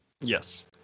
Yes